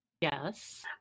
Yes